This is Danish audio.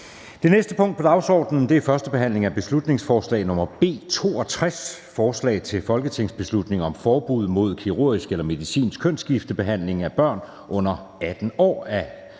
Det næste punkt på dagsordenen er: 21) 1. behandling af beslutningsforslag nr. B 62: Forslag til folketingsbeslutning om forbud mod kirurgisk eller medicinsk kønsskiftebehandling af børn under 18 år. Af Kim